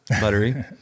buttery